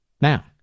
Now